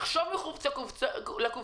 לחשוב מחוץ לקופסה,